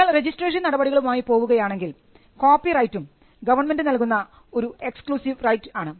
നിങ്ങൾ രജിസ്ട്രേഷൻ നടപടികളുമായി പോവുകയാണെങ്കിൽ കോപ്പിറൈറ്റും ഗവൺമെൻറ് നൽകുന്ന ഒരു എക്സ്ക്ലുസീവ് റൈറ്റ് ആണ്